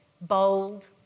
Bold